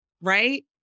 right